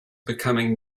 becoming